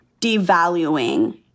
devaluing